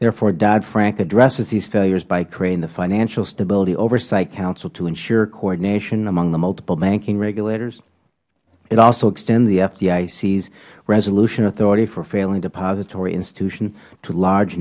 therefore dodd frank addresses these failures by creating the financial stability oversight council to ensure coordination among multiple banking regulators it also extends the fdics resolution authority for failing depository institutions to large